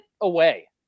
away